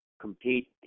compete